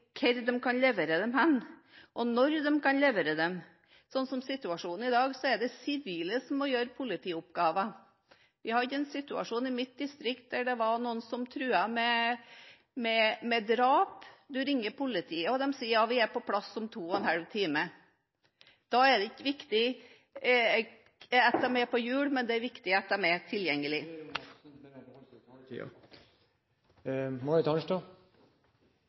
hvor de kan levere dem og når de kan levere dem. Sånn situasjonen er i dag, er det sivile som må gjøre politioppgaver. Vi hadde en situasjon i mitt distrikt der det var noen som truet med drap. En ringer politiet og de sier ja, vi er på plass om to og en halv time. Da er det ikke viktig at de er på hjul, men det er viktig at de er tilgjengelig.